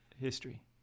history